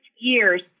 years